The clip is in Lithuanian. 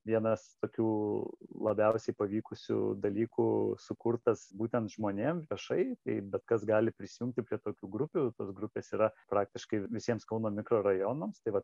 vienas tokių labiausiai pavykusių dalykų sukurtas būtent žmonėm viešai tai bet kas gali prisijungti prie tokių grupių tos grupės yra praktiškai visiems kauno mikrorajonams tai va